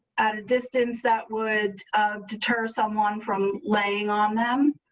at a distance that would deter someone from laying on them,